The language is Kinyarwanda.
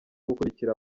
gukurikira